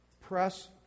press